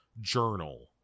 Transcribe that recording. journal